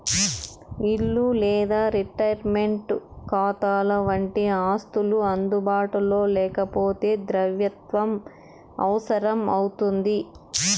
ఇల్లు లేదా రిటైర్మంటు కాతాలవంటి ఆస్తులు అందుబాటులో లేకపోతే ద్రవ్యత్వం అవసరం అవుతుంది